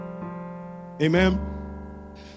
amen